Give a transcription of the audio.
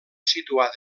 situat